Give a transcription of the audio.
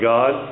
God